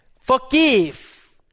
Forgive